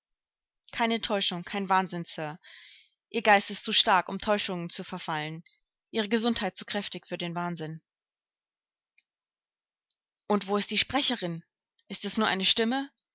keine täuschung kein wahnsinn sir ihr geist ist zu stark um täuschungen zu verfallen ihre gesundheit zu kräftig für den wahnsinn und wo ist die sprecherin ist es nur eine stimme